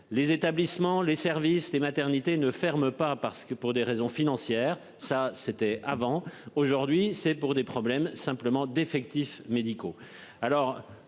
Les établissements les services les maternités ne ferme pas parce que pour des raisons financières ça c'était avant, aujourd'hui c'est pour des problèmes simplement d'effectifs médicaux.